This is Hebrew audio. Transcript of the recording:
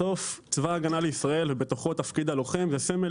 בסוף צבא הגנה לישראל ובתוכו תפקיד הלוחם זה סמל